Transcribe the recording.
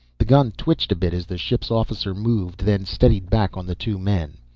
the gun twitched a bit as the ship's officer moved, then steadied back on the two men.